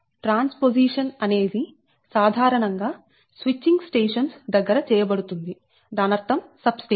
transposition అనేది సాధారణంగా switching stations దగ్గర చేయ బడుతుంది దానర్థం సబ్ స్టేషన్